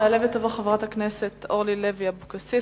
תעלה ותבוא חברת הכנסת אורלי לוי אבקסיס,